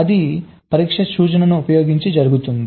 అది పరీక్ష సూచనని ఉపయోగించి జరుగుతుంది